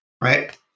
right